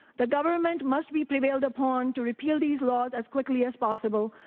the government must be prevailed upon to repeal these laws as quickly as possible.